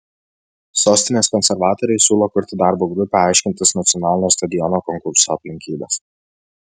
sostinės konservatoriai siūlo kurti darbo grupę aiškintis nacionalinio stadiono konkurso aplinkybes